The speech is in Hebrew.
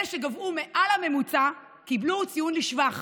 אלה שגבהו מעל הממוצע קיבלו ציון לשבח,